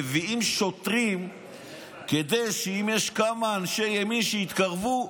מביאים שוטרים כדי שאם כמה אנשי ימין יתקרבו,